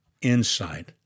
insight